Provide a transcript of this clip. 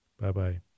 Bye-bye